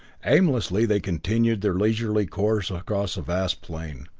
aimlessly they continued their leisurely course across a vast plain.